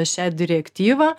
šią direktyvą